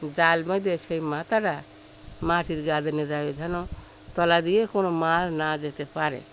জাল বেঁধে সেই মাথারা মাটির গা দিয়ে নিয়ে যাবে যেন তলা দিয়ে কোনো মাছ না যেতে পারে